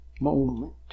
moment